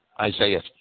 Isaiah